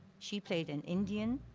she played an indian.